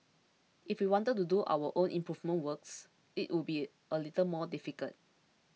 if we wanted to do our own improvement works it would be a little more difficult